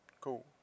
Cool